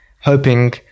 hoping